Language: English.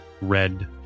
red